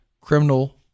criminal